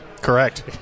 Correct